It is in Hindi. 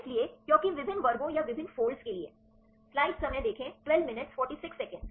इसलिए क्योंकि विभिन्न वर्गों या विभिन्न फोल्ड्स के लिए